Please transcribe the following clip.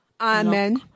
Amen